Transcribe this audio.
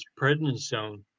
prednisone